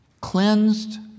Cleansed